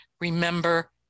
remember